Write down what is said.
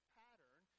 pattern